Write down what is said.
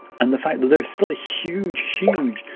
and the fact that there's still a huge, huge,